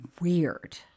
weird